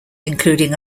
including